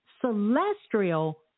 celestial